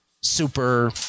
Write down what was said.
super